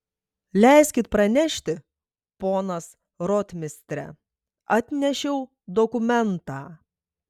leiskit pranešti ponas rotmistre atnešiau dokumentą